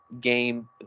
game